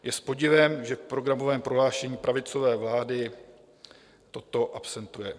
Je s podivem, že v programovém prohlášení pravicové vlády toto absentuje.